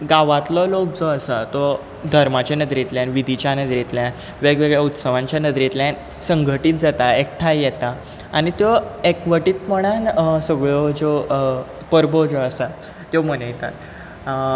गांवांतलो लोक जो आसा तो धर्माच्या नदरेंतल्यान विधीच्या नदरेंतल्यान वेगवेगळ्या उत्सवांच्या नदरेंतल्यान संघटीत जाता एकठांय येता आनी त्यो एकवटीतपणान सगळ्यो ज्यो परबो ज्यो आसात त्यो मनयतात